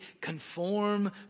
conform